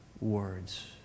words